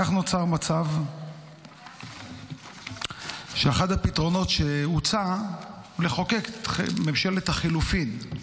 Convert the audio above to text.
כך נוצר מצב שאחד הפתרונות שהוצעו הוא לחוקק את ממשלת החילופים.